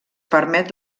permet